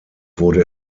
wurde